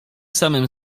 samym